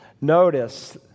Notice